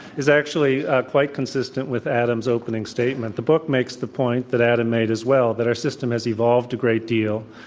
is actually quite consistent with adam's opening statement. the book makes the point that adam made as well, that our system has evolved a great deal.